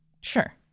Sure